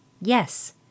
Yes